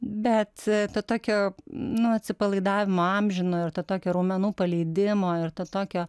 bet to tokio nu atsipalaidavimo amžino ir to tokio raumenų paleidimo ir to tokio